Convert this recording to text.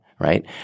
Right